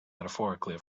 metaphorically